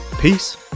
Peace